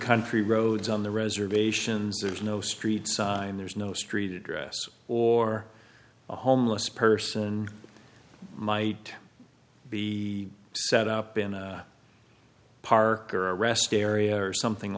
country roads on the reservations there's no streets and there's no street address or a homeless person might be set up in a park or a rest area or something